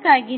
ಅದಾಗಿ